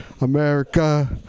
America